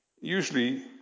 usually